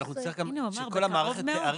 אנחנו נצטרך שכל המערכת תיערך.